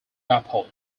airport